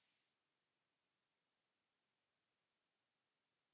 Kiitos,